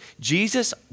Jesus